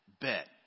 bet